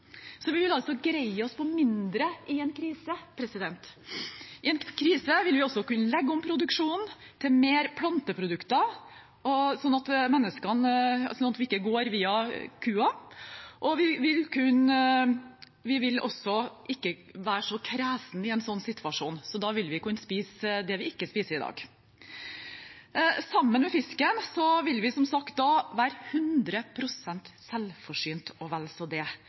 Vi vil altså greie oss på mindre i en krise. I en krise vil vi også kunne legge om produksjonen til mer planteprodukter, slik at vi ikke går via kua. Vi vil heller ikke være så kresne i en slik situasjon, så da vil vi kunne spise det vi ikke spiser i dag. Med fisken i tillegg vil vi som sagt da være 100 pst. selvforsynt og vel så det